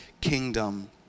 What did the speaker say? kingdom